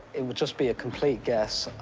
it would just be a complete guess.